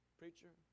preacher